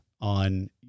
on